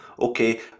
okay